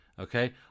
okay